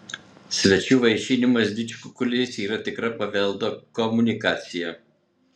svečių vaišinimas didžkukuliais yra tikra paveldo komunikacija